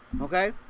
Okay